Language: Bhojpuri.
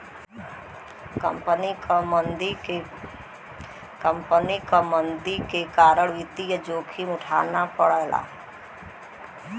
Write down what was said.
कंपनी क मंदी के कारण वित्तीय जोखिम उठाना पड़ला